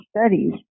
Studies